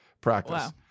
practice